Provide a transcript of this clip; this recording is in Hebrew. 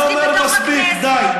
אני אומר: מספיק, די.